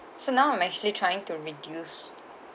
so now I'm actually trying to reduce